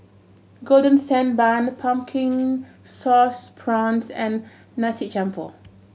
Golden Sand Bun Pumpkin Sauce Prawns and nasi jampur